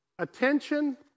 Attention